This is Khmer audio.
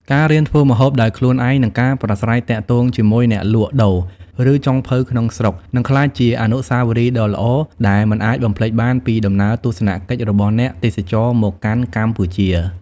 ការរៀនធ្វើម្ហូបដោយខ្លួនឯង និងការប្រាស្រ័យទាក់ទងជាមួយអ្នកលក់ដូរ ឬចុងភៅក្នុងស្រុក នឹងក្លាយជា អនុស្សាវរីយ៍ដ៏ល្អ ដែលមិនអាចបំភ្លេចបានពីដំណើរទស្សនកិច្ចរបស់អ្នកទេសចរមកកាន់កម្ពុជា ។